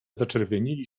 zaczerwienili